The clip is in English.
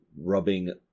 rubbing